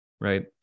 right